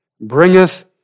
bringeth